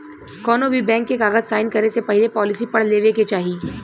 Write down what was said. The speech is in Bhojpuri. कौनोभी बैंक के कागज़ साइन करे से पहले पॉलिसी पढ़ लेवे के चाही